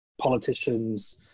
politicians